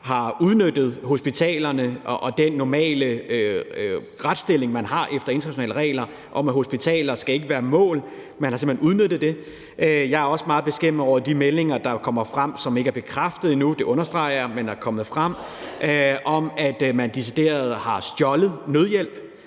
har udnyttet hospitalerne og den normale retsstilling, man efter internationale regler har, om, at hospitaler ikke skal være mål. Man har simpelt hen udnyttet det. Jeg er også meget beskæmmet over de meldinger, som er kommet frem, men som jeg understreger endnu ikke er bekræftet, om, at man decideret har stjålet nødhjælp,